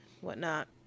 whatnot